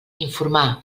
informar